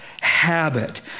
habit